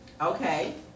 Okay